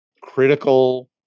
critical